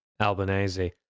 Albanese